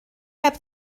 heb